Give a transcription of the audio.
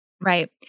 Right